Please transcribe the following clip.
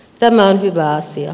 tämä on hyvä asia